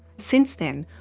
since then,